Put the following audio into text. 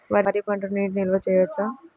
వరి పంటలో నీటి నిల్వ చేయవచ్చా?